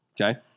Okay